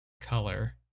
color